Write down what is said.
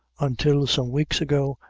until some weeks ago,